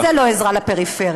זו לא עזרה לפריפריה.